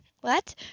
What